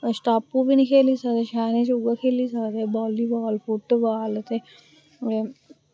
स्टापू बी नी खेली सकदे शैह्रें च उ'ऐ खेली सकदे बाली बॉल बैट बॉल ते एह्